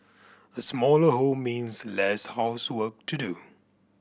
a smaller home means less housework to do